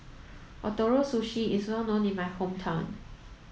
Ootoro Sushi is well known in my hometown